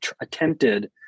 attempted